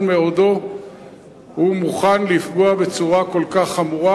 מאודו הוא מוכן לפגוע בצורה כל כך חמורה,